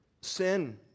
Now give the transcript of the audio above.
sin